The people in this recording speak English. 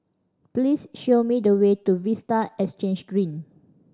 please show me the way to Vista Exhange Green